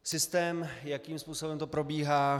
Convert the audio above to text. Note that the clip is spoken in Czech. Systém, jakým způsobem to probíhá.